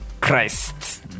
Christ